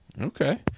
Okay